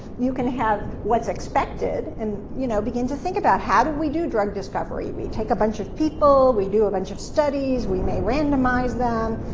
you can have what's expected, and, you know, begin to think about how do we do drug discovery? we take a bunch of people. we do a bunch of studies. we may randomize them.